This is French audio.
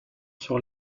sur